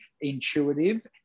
intuitive